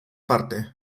parte